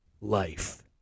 life